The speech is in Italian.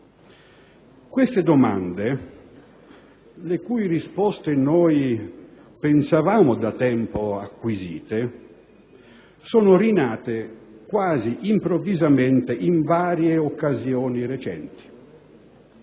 Queste domande, le cui risposte noi pensavamo da tempo acquisite, sono rinate quasi improvvisamente in varie occasioni recenti: